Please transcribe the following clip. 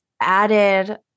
added